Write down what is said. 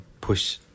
push